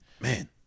Man